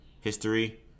history